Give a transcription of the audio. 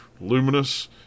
Luminous